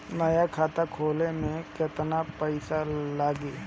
नया खाता खोले मे केतना पईसा लागि?